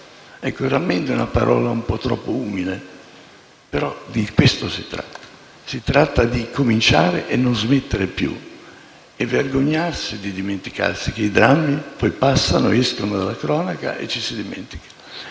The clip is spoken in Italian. Ecco, «rammendo» è una parola un po' troppo umile, però di questo si tratta. Si tratta di cominciare e non smettere più e di vergognarsi di dimenticare i drammi, che passano, escono dalla cronaca e si dimenticano.